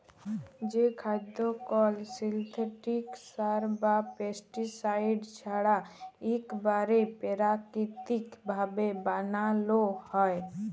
যে খাদ্য কল সিলথেটিক সার বা পেস্টিসাইড ছাড়া ইকবারে পেরাকিতিক ভাবে বানালো হয়